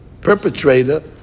perpetrator